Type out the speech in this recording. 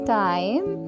time